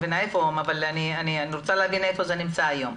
אני רוצה להבין איפה זה נמצא היום.